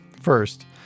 First